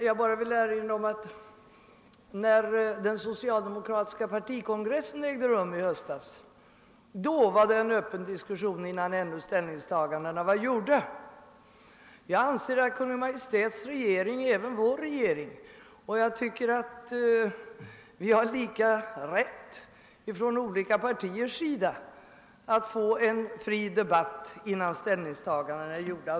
Jag vill erinra om att det vid den socialdemokratiska partikongressen i höstas förekom en öppen diskussion innan ställningstagandena ännu var gjorda. Jag anser att Kungl. Maj:ts regering även är vår regering, och jag tycker att vi från olika partiers sida har lika rätt att få en fri debatt innan ställningstagandena är gjorda.